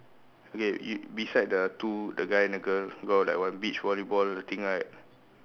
okay you beside the two the guy and the girl got like one beach volleyball thing right